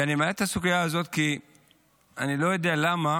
ואני מעלה את הסוגיה הזאת כי אני לא יודע למה